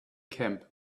camp